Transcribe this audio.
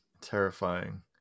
terrifying